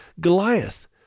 Goliath